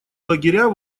лагеря